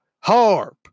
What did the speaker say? HARP